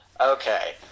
Okay